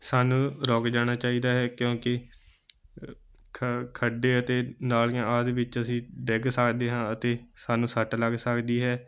ਸਾਨੂੰ ਰੁਕ ਜਾਣਾ ਚਾਹੀਦਾ ਹੈ ਕਿਉਂਕਿ ਖ ਖੱਡੇ ਅਤੇ ਨਾਲੀਆਂ ਆਦਿ ਵਿੱਚ ਅਸੀਂ ਡਿੱਗ ਸਕਦੇ ਹਾਂ ਅਤੇ ਸਾਨੂੰ ਸੱਟ ਲੱਗ ਸਕਦੀ ਹੈ